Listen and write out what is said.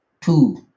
two